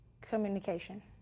Communication